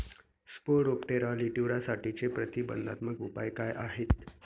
Spodoptera लिट्युरासाठीचे प्रतिबंधात्मक उपाय काय आहेत?